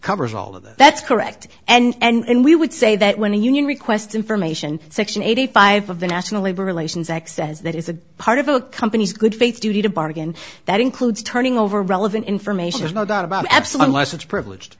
covers all of them that's correct and we would say that when a union request information section eighty five of the national labor relations act says that is a part of a company's good faith duty to bargain that includes turning over relevant information is no doubt about epsilon less its privileged